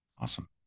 Awesome